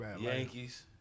Yankees